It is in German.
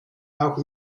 auch